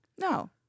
No